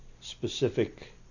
specific